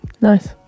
nice